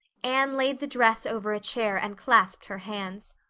anne laid the dress over a chair and clasped her hands.